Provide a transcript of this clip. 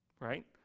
right